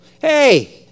Hey